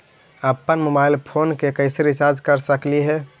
अप्पन mobile phone के कैसे रिचार्ज कर सकली हे?